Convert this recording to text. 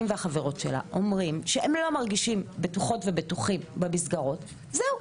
והחברות שלה אומרים שהם לא מרגישים בטוחים במסגרות זהו.